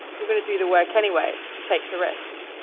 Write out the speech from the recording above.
you're going to do the work anyway, and take the risk.